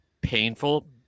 painful